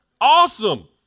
Awesome